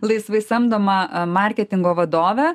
laisvai samdoma marketingo vadove